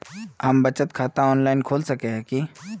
हम बचत खाता ऑनलाइन खोल सके है की?